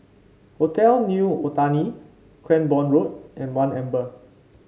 Hotel New Otani Cranborne Road and One Amber